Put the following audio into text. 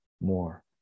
more